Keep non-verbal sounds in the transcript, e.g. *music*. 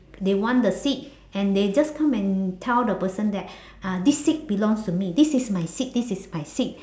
they want the seat and they just come and tell the person that *breath* uh this seat belongs to me this is my seat this is my seat